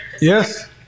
Yes